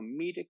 comedic